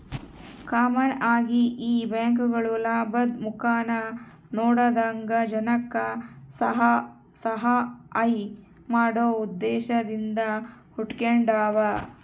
common ಆಗಿ ಈ ಬ್ಯಾಂಕ್ಗುಳು ಲಾಭುದ್ ಮುಖಾನ ನೋಡದಂಗ ಜನಕ್ಕ ಸಹಾಐ ಮಾಡೋ ಉದ್ದೇಶದಿಂದ ಹುಟಿಗೆಂಡಾವ